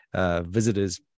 visitors